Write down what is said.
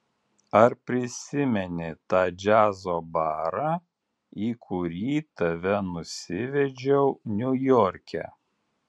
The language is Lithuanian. ar prisimeni tą džiazo barą į kurį tave nusivedžiau niujorke